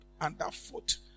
underfoot